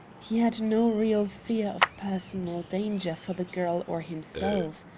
he had no real fear of personal danger for the girl or himself.